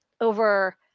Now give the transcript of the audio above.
over